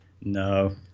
No